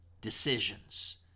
decisions